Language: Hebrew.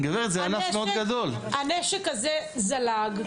הנשק הזה זלג.